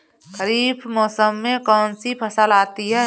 खरीफ मौसम में कौनसी फसल आती हैं?